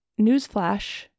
newsflash